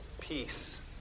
peace